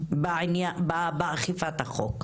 באכיפת החוק.